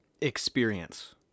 experience